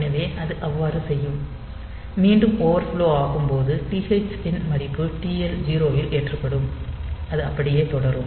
எனவே அது அவ்வாறு செய்யும் மீண்டும் ஓவர்ஃப்லோ ஆகும் போது TH 0 இன் மதிப்பு TL 0 இல் ஏற்றப்படும் அது அப்படியே தொடரும்